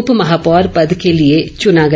उपमहापौर पद के लिए चुना गया